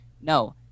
No